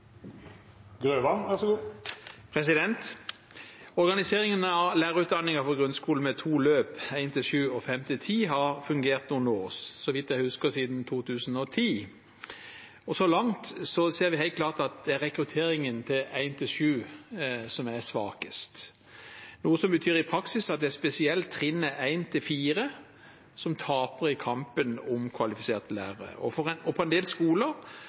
har fungert noen år, så vidt jeg husker, siden 2010. Så langt ser vi helt klart at det er rekrutteringen til 1–7 som er svakest, noe som i praksis betyr at det er spesielt trinnet 1–4 som taper i kampen om kvalifiserte lærere. På en del skoler ser vi at dette fører til mangel på lærere med godkjent utdanning i 5–10, som er plassert på laveste trinn uten å være kvalifisert formelt. Ser statsråden at det kan være behov for en